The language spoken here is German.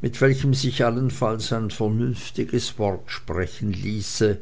mit welchem sich allenfalls ein vernünftiges wort sprechen ließe